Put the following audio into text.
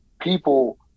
people